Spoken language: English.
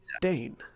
Dane